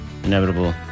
Inevitable